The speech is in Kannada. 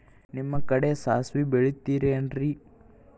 ನಿಮ್ಮ ಕಡೆ ಸಾಸ್ವಿ ಬೆಳಿತಿರೆನ್ರಿ?